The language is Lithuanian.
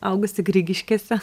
augusi grigiškėse